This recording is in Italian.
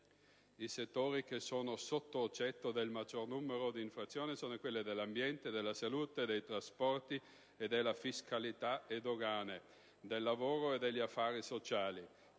I settori che sono oggetto del maggior numero di infrazioni sono quelli dell'ambiente, della salute, dei trasporti e della fiscalità e dogane, del lavoro e degli affari sociali.